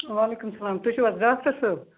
وعلیکُم سلام تُہۍ چھِو حَظ ڈاکٹر صٲب